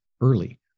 early